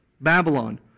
Babylon